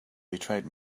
betrayed